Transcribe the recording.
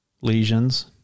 lesions